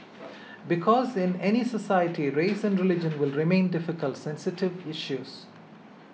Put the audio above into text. because in any society race and religion will remain difficult sensitive issues